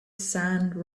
sand